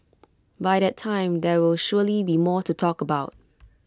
by that time there will surely be more to talk about